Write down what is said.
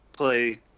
Play